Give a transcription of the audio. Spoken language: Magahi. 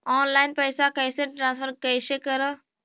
ऑनलाइन पैसा कैसे ट्रांसफर कैसे कर?